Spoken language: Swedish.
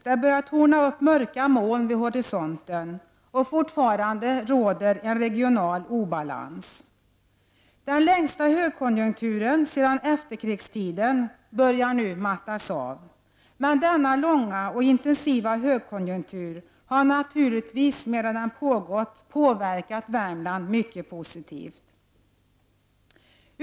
Mörka moln börjar torna upp sig vid horisonten, och fortfarande råder en regional obalans. Den längsta högkonjunkturen under efterkrigstiden börjar nu mattas av. Men denna långa och intensiva högkonjunktur har naturligtvis under tiden påverkat Värmland mycket positivt.